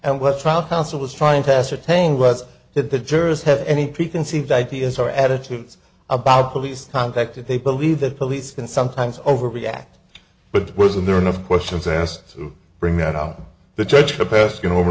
and what trial counsel was trying to ascertain was that the jurors have any preconceived ideas or attitudes about police contacted they believe that police can sometimes overreact but was there enough questions asked to bring that on the judge the past you know